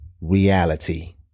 reality